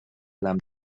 زدم